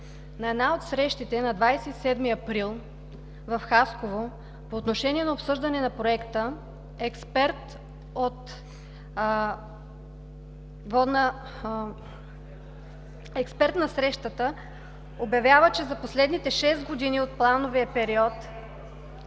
На една от срещите на 27 април в Хасково по отношение на обсъждане на проекта експерт на срещата обявява, че за последните шест години от плановия период